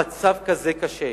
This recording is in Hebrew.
המצב כזה קשה,